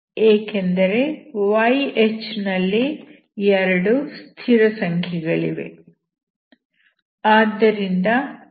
ಏಕೆಂದರೆ yH ನಲ್ಲಿ ಎರಡು ಸ್ಥಿರಸಂಖ್ಯೆಗಳಿವೆ